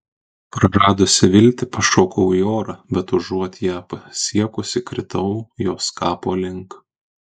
praradusi viltį pašokau į orą bet užuot ją pasiekusi kritau jos kapo link